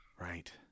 right